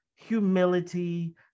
humility